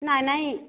ନାହିଁ ନାହିଁ